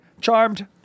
charmed